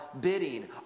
bidding